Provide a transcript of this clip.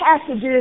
passages